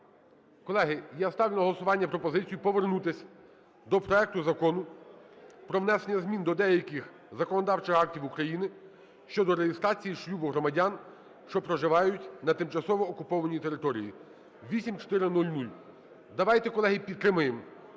Колеги, я ставлю на голосування пропозицію повернутись до проекту Закону про внесення змін до деяких законодавчих актів України щодо реєстрації шлюбу громадян, що проживають на тимчасово окупованій території (8400). Давайте, колеги, підтримаємо